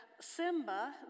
Simba